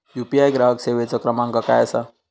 UPI ग्राहक सेवेचो क्रमांक काय असा?